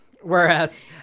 Whereas